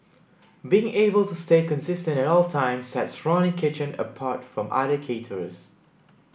being able to stay consistent at all times sets Ronnie Kitchen apart from other caterers